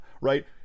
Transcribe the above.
right